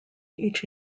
each